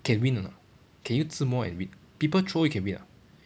can win or not can you 自摸 and win people throw you can win or not